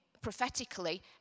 prophetically